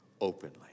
openly